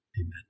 Amen